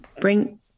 bring